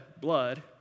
blood